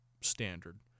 standard